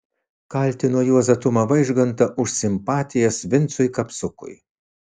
kaltino juozą tumą vaižgantą už simpatijas vincui kapsukui